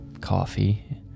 coffee